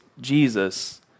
Jesus